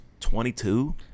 22